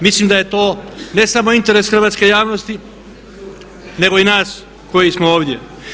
Mislim da je to ne samo interes hrvatske javnosti nego i nas koji smo ovdje.